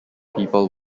people